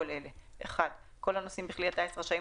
אני כבר לא זוכר איזה שר עושה